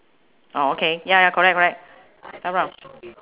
oh okay ya correct correct dark brown